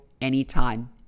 anytime